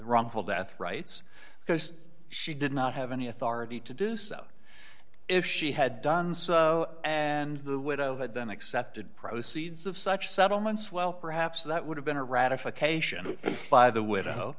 wrongful death rights because she did not have any authority to do so if she had done so and the widow had then accepted proceeds of such settlements well perhaps that would have been a ratification by the widow